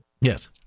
Yes